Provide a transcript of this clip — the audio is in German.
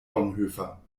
bonhoeffer